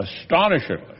astonishingly